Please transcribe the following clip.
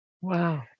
Wow